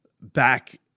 back